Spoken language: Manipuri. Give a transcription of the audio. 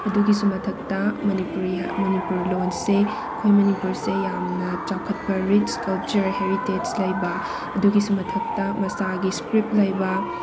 ꯑꯗꯨꯒꯤꯁꯨ ꯃꯊꯛꯇ ꯃꯅꯤꯄꯨꯔꯤ ꯃꯅꯤꯄꯨꯔ ꯂꯣꯟꯁꯦ ꯑꯩꯈꯣꯏ ꯃꯅꯤꯄꯨꯔꯁꯦ ꯌꯥꯝꯅ ꯆꯥꯎꯈꯠꯄ ꯔꯤꯠꯆ ꯀꯜꯆꯔ ꯍꯦꯔꯤꯇꯦꯠꯁ ꯂꯩꯕ ꯑꯗꯨꯒꯤꯁꯨ ꯃꯊꯛꯇ ꯃꯁꯥꯒꯤ ꯏꯁꯀ꯭ꯔꯤꯞ ꯂꯩꯕ